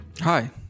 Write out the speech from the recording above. Hi